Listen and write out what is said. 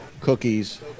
cookies